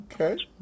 Okay